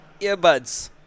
earbuds